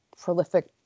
prolific